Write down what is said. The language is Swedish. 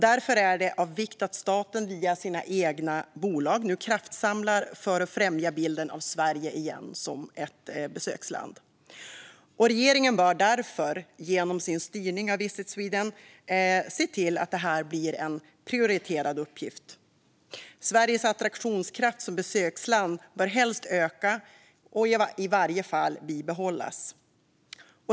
Därför är det av vikt att staten via sina egna bolag nu kraftsamlar för att främja bilden av Sverige som ett besöksland igen. Regeringen bör därför genom sin styrning av Visit Sweden se till att detta blir en prioriterad uppgift. Sveriges attraktionskraft som besöksland bör helst öka och i varje fall bibehållas.